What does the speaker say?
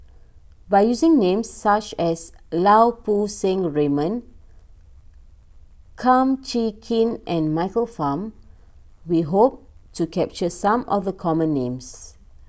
by using names such as Lau Poo Seng Raymond Kum Chee Kin and Michael Fam we hope to capture some of the common names